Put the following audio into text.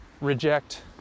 reject